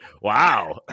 Wow